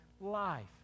life